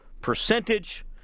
percentage